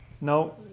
no